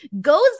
goes